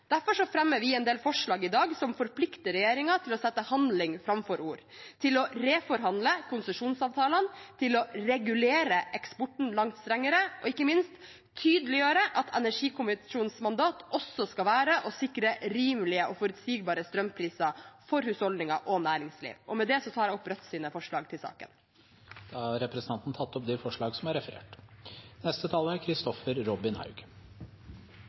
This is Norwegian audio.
Derfor fremmer vi i dag en del forslag som forplikter regjeringen til å sette handling framfor ord, til å reforhandle konsesjonsavtalene, til å regulere eksporten langt strengere og ikke minst til å tydeliggjøre at energikommisjonens mandat også skal være å sikre rimelige og forutsigbare strømpriser for husholdninger og næringsliv. Med det tar jeg opp Rødts forslag i saken. Representanten Marie Sneve Martinussen har tatt opp de forslagene hun refererte til. Vi er i full gang med elektrifiseringen av samfunnet. Det er